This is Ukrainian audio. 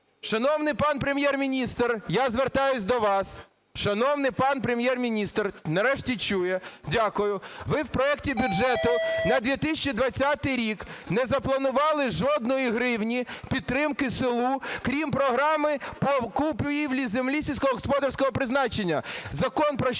Шановний пан Прем'єр-міністр, я звертаюсь до вас! Шановний пан Прем'єр-міністр, нарешті, чує, дякую. Ви в проекті бюджету на 2020 рік не запланували жодної гривні підтримки селу, крім програми купівлі землі сільськогосподарського призначення. Закон, про що